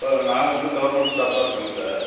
ஆ நாங்கள் வந்து கவர்மெண்ட் ஸ்டாஃப்பாக இருக்கேங்க சார்